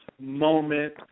Moment